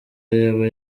yaba